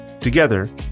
Together